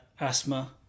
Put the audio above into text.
asthma